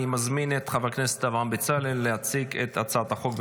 אני מזמין את חבר הכנסת אברהם בצלאל להציג את הצעת החוק.